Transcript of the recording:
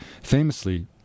famously